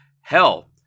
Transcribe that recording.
Hell